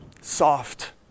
soft